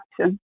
action